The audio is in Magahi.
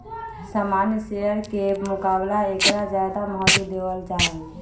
सामान्य शेयर के मुकाबला ऐकरा ज्यादा महत्व देवल जाहई